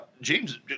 James